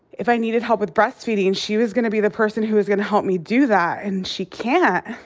if i needed help with breastfeeding, and she was gonna be the person who was gonna help me do that, and she can't.